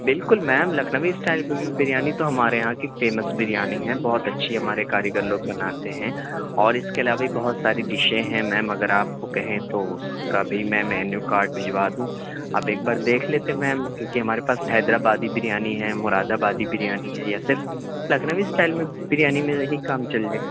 بالکل ma'am Lucknowi style biryani تو ہمارے یہاں کی فیمس بریانی ہے بہت اچھی ہمارے کاریگر لوگ بناتے ہیں اور اِس کے علاوہ بھی بہت ساری ڈشیں ہیں میم اگر آپ وہ کہیں تو اُس کا بھی میں مینو کارڈ بھجوا دوں آپ ایک بار دیکھ لیتے میم کیونکہ ہمارے پاس حیدرآبادی بریانی ہے مرادآبادی بریانی ہے یا صرف لکھنوی اسٹائل میں بریانی میں ہی کام چل جائے